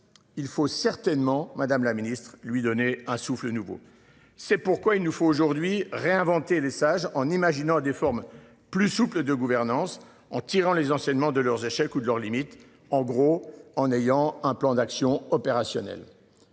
Il faut certainement Madame la Ministre lui donner un souffle nouveau. C'est pourquoi il nous faut aujourd'hui réinventer les sages en imaginant des formes plus souple de gouvernance en tirant les enseignements de leurs échecs ou de leurs limites en gros en ayant un plan d'action opérationnelle.